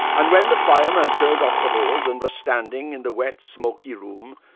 and when the firemen turned off the hose and were standing in the wet, smoky room,